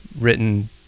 written